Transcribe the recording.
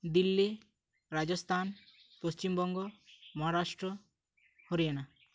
Delhi Rajasthan Paschimbanga Maharashtra Haryana